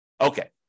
Okay